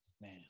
man